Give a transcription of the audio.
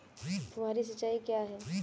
फुहारी सिंचाई क्या है?